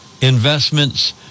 investments